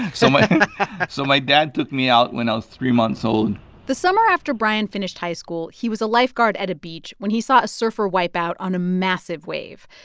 so so my dad took me out when i was three months old the summer after brian finished high school, he was a lifeguard at a beach when he saw a surfer wipe out on a massive wave.